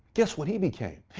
guess what he became.